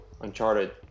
Uncharted